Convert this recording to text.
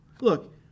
Look